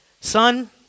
Son